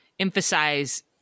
Emphasize